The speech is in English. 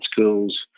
schools